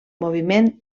moviment